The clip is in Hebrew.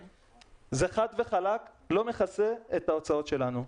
חד וחלק זה לא מכסה את ההוצאות שלנו.